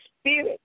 spirit